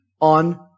on